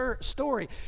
story